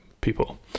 people